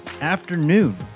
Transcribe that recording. afternoon